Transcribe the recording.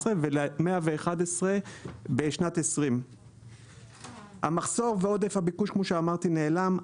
ו-111 בשנת 2020. המחסור ועודף הביקוש נעלם.